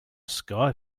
sky